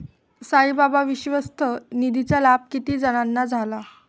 साईबाबा विश्वस्त निधीचा लाभ किती जणांना झाला?